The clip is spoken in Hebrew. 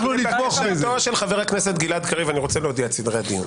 לבקשתו של חבר הכנסת גלעד קריב אני רוצה להודיע את סדרי הדיון.